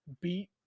beat